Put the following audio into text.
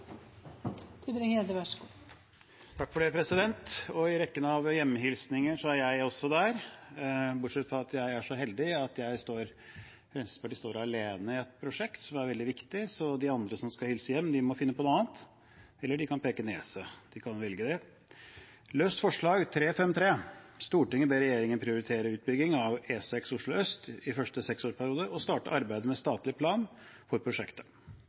også der, bortsett fra at jeg er så heldig at Fremskrittspartiet står alene i et prosjekt som er veldig viktig. Så de andre som skal hilse hjem, må finne på noe annet. Eller de kan velge å peke nese. I forslag nr. 358 står det: «Stortinget ber regjeringen prioritere utbygging av E6 Oslo Øst i første seksårsperiode og starte arbeidet med statlig plan for prosjektet.»